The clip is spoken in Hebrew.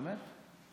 למה שלוש דקות?